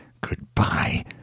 Goodbye